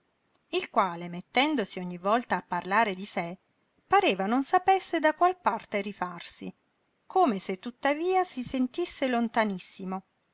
il quale mettendosi ogni volta a parlare di sé pareva non sapesse da qual parte rifarsi come se tuttavia si sentisse lontanissimo